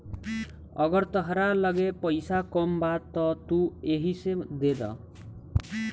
अगर तहरा लगे पईसा कम बा त तू एही से देद